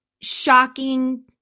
shocking